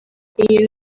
iyi